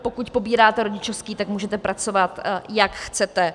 Pokud pobíráte rodičovský, tak můžete pracovat, jak chcete.